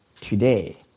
today